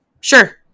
Sure